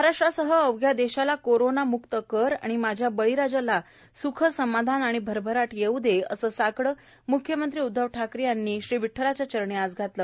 महाराष्ट्रासह अवघ्या देशाला कोरोनामुक्त कर आणि माझ्या बळीराजाला सुख समाधान आणि भरभराट येऊ दे असे साकडे मुख्यमंत्री उदधव ठाकरे यांनी श्री विठठलाच्या चरणी आज घातले